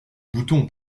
bouton